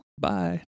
Bye